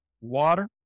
water